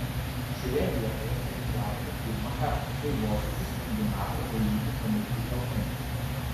šioje vietoje stovyklavome pirmą kartą tai vokiečių skandinavų ėjikų pamėgti kalnai